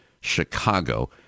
Chicago